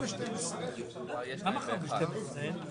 בשעה 11:17.)